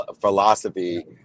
philosophy